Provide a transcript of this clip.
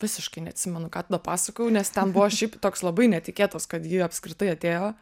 visiškai neatsimenu ką tada pasakojau nes ten buvo šiaip toks labai netikėtas kad ji apskritai atėjo